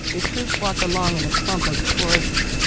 if troops walked along in a clump like tourists,